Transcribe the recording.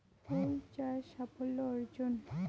ফুল চাষ সাফল্য অর্জন?